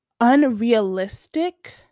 unrealistic